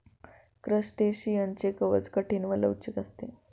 क्रस्टेशियनचे कवच कठीण व लवचिक असते